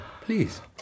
please